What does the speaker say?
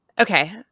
Okay